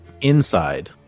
inside